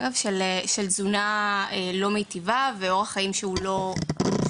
של תזונה לא מיטיבה ושל אורח חיים לא בריא.